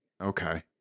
okay